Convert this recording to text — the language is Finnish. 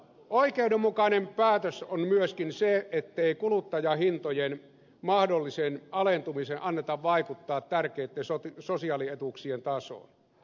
oikeudenmukainen päätös on myöskin se ettei kuluttajahintojen mahdollisen alentumisen anneta vaikuttaa tärkeitten sosiaalietuuksien tasoon